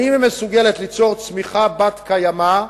האם היא מסוגלת ליצור צמיחה בת-קיימא,